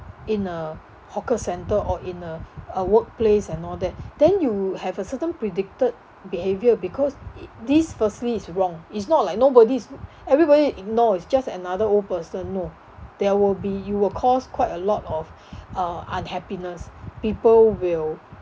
in a hawker centre or in a a workplace and all that then you have a certain predicted behaviour because it this firstly is wrong it's not like nobody's everybody ignore is just another old person no there will be it will cause quite a lot of uh unhappiness people will